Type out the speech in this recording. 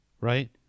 right